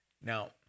Now